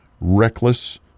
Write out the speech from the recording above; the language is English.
reckless